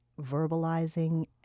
verbalizing